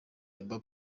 ayabba